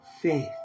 faith